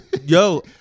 yo